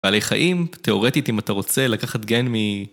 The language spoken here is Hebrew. בעלי חיים, תיאורטית אם אתה רוצה לקחת גן מ...